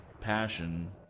Passion